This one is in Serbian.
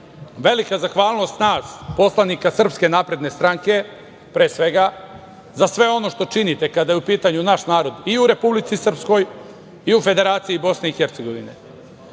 velika zahvalnost nas poslanika SNS, pre svega, za sve ono što činite kada je u pitanju naš narod i u Republici Srpskoj i u Federaciji Bosne i Hercegovine,